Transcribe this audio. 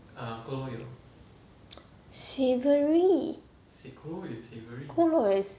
savoury is